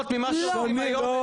פחות מהתהליך שעוברים היום בחדר ליד.